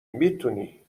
میتونی